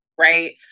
Right